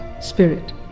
spirit